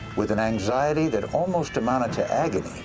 with an anxiety that almost amounted to agony,